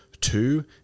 Two